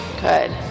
Good